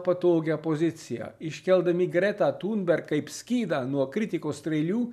patogią poziciją iškeldami gretą tunberg kaip skydą nuo kritikos strėlių